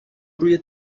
روی